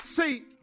See